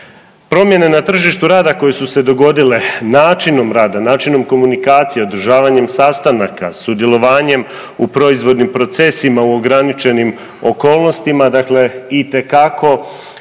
Promjene na tržištu rada koje su se dogodile načinom rada, načinom komunikacije, održavanjem sastanaka, sudjelovanjem u proizvodnim procesima, u ograničenim okolnostima. Dakle, itekako